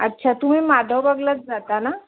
अच्छा तुम्ही माधवबागलाच जाता ना